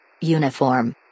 Uniform